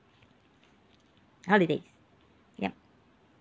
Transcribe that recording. holidays yup